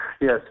Yes